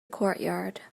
courtyard